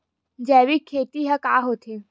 जैविक खेती ह का होथे?